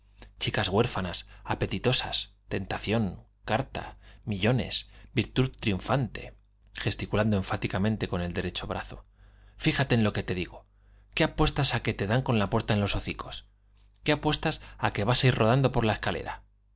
chicas huérfanas apetitosas tentación carta millones virtud triun fante gesticulando enfáticamente con el derecho brazo fíjate en lo que te digo qué apuestas á que te dan con la puerta en los hocicos qué apuestas á que vas á ir rodando por la escalera